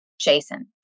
Jason